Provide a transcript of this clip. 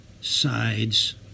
sides